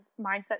mindset